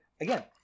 Again